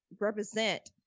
represent